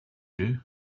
you